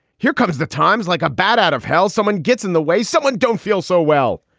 here comes the times like a bat out of hell. someone gets in the way, someone don't feel so well.